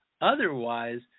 Otherwise